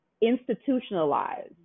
institutionalized